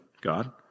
God